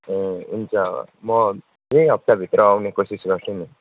ए हुन्छ म यही हप्ताभित्र आउने कोसिस गर्छु नि